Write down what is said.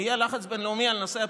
אם יהיה לחץ בין-לאומי על נושא הפיתות,